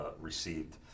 received